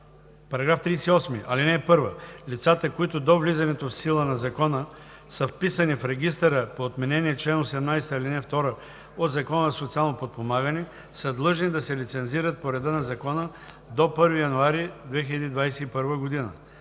става § 38: „§ 38. (1) Лицата, които до влизането в сила на закона са вписани в регистъра по отменения чл. 18, ал. 2 от Закона за социално подпомагане, са длъжни да се лицензират по реда на закона до 1 януари 2021 г.